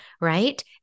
right